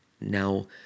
Now